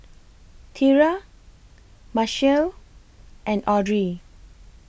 Tera Machelle and Audrey